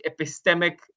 epistemic